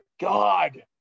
God